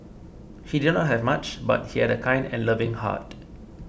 he did not have much but he had a kind and loving heart